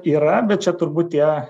yra bet čia turbūt tie